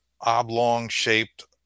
oblong-shaped